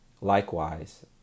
Likewise